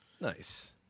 Nice